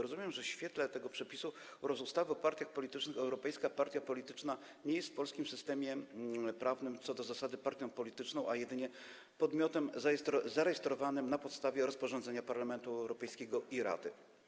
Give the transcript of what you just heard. Rozumiem, że w świetle tego przepisu oraz ustawy o partiach politycznych europejska partia polityczna nie jest w polskim systemie prawnym co do zasady partią polityczną, a jedynie podmiotem zarejestrowanym na podstawie rozporządzenia Parlamentu Europejskiego i Rady.